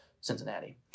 Cincinnati